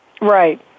Right